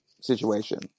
situation